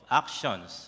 actions